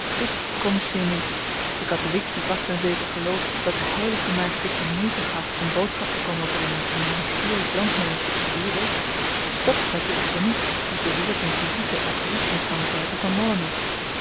de katholiek die vast en zeker gelooft dat de h maagd zich de moeite gaf n boodschap te komen brengen aan n hysterisch landmeisje te lourdes spot met den islamiet die beweert n visite of brief ontvangen te hebben van mahomed